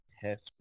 test